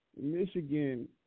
Michigan